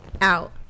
out